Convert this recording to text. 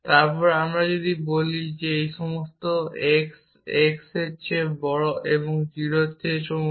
তারপর যদি আমি বলি যে সব x x এর চেয়ে বড় 0 এর সমান